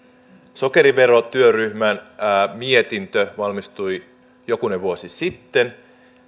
sokeriverotyöryhmän mietintö valmistui jokunen vuosi sitten